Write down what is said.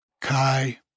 Kai